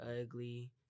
ugly